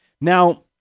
Now